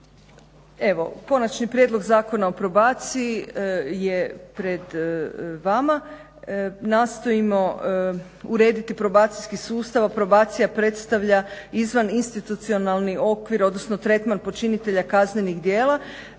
Evo Konačni prijedlog Zakona o probaciji je pred vama. Nastojimo urediti probacijski sustav, a probacija predstavlja izvaninstitucionalni okvir, odnosno tretman počinitelja kaznenih djela